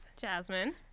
Jasmine